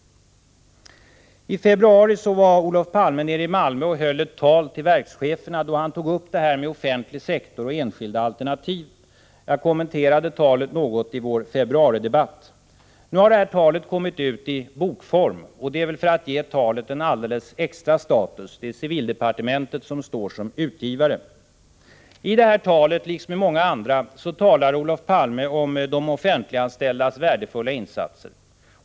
I februari var Olof Palme nere i Malmö och höll ett tal till verkscheferna, där han tog upp detta med offentlig sektor och enskilda alternativ. Jag kommenterade talet något i vår februaridebatt. Nu har det här talet kommit ut i bokform, och det är väl för att man skall ge talet en alldeles extra status. Det är civildepartementet som står som utgivare. I detta tal, liksom i många andra, talar Olof Palme om de offentliganställdas värdefulla insatser.